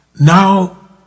Now